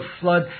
flood